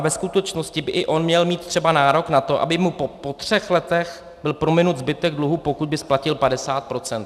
Ve skutečnosti by i on měl mít třeba nárok na to, aby mu po třech letech byl prominut zbytek dluhu, pokud by splatil 50 %.